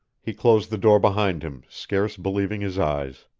he closed the door behind him, scarce believing his eyes.